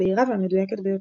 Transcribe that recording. הבהירה והמדויקת ביותר.